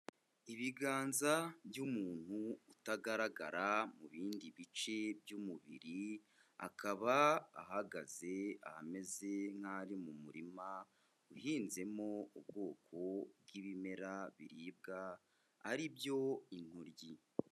Ibiganza by'umuntu utagaragara mu bindi bice by'umubiri, akaba ahagaze ahameze nk'aho ari mu murima uhinzemo ubwoko bw'ibimera biribwa, ari byo intoryi.